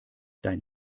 dein